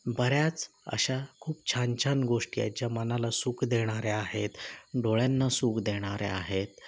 बऱ्याच अशा खूप छान छान गोष्टी आहेत ज्या मनाला सुख देणाऱ्या आहेत डोळ्यांना सुख देणाऱ्या आहेत